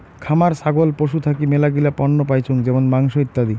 খামার ছাগল পশু থাকি মেলাগিলা পণ্য পাইচুঙ যেমন মাংস, ইত্যাদি